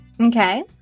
Okay